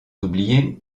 oublier